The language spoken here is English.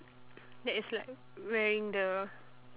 that is like wearing the